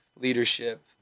leadership